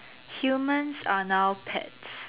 humans are now pets